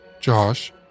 Josh